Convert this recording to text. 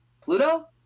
Pluto